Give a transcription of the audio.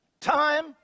time